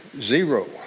Zero